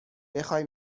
بخوای